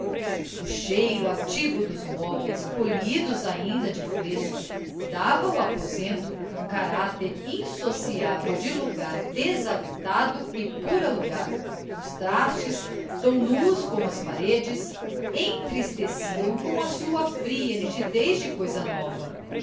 o cheiro ativo dos móveis polidos ainda de fresco dava ao aposento um caráter insociável de lagar desabitado e por alagar os trastes tão nus como as paredes entristeciam com a sua fria nitidez de coisa nova